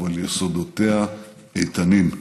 אבל יסודותיה איתנים.